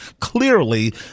clearly